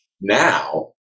now